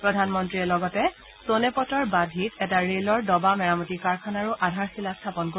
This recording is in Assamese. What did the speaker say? প্ৰধানমন্ত্ৰীগৰাকীয়ে লগতে ছনেপটৰ বাধিত এটা ৰে'লৰ ডবা মেৰামতি কাৰখানাৰো আধাৰশিলা স্থাপন কৰিব